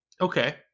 Okay